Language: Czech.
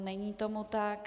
Není tomu tak.